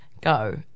go